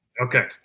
Okay